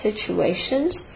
situations